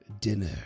dinner